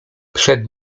przed